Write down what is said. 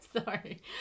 Sorry